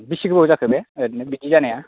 अ बिसि गोबाव जाखो बे ओरैनो बिदि जानाया